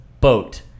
boat